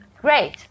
Great